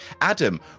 Adam